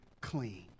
clean